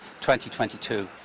2022